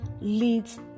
leads